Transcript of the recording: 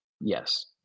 yes